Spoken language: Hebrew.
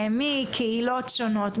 מקהילות שונות,